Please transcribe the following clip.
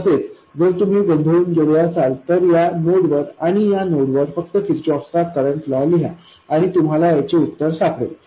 तसेच जर तुम्ही गोंधळून गेले असाल तर या नोडवर आणि या नोडवर फक्त किर्चहोफचा करंट लॉ लिहा आणि तुम्हाला त्याचे उत्तर सापडेल